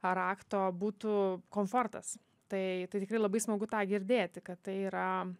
ar akto būtų komfortas tai tai tikrai labai smagu tą girdėti kad tai yra